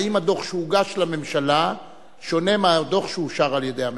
האם הדוח שהוגש לממשלה שונה מהדוח שאושר על-ידי הממשלה?